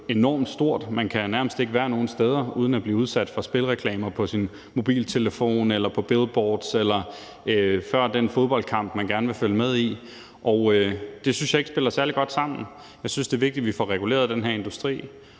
enormt stort. Man kan nærmest ikke være nogen steder uden at blive udsat for spilreklamer på sin mobiltelefon eller på billboards eller før den fodboldkamp, man gerne vil følge med i. Og det synes jeg ikke spiller særlig godt sammen. Jeg synes, det er vigtigt, vi får reguleret den her industri,